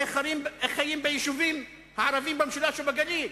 איך חיים ביישובים הערביים במשולש ובגליל.